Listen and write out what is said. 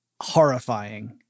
horrifying